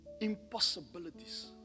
Impossibilities